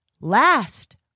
last